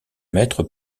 maître